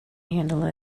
handle